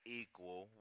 equal